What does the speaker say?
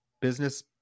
business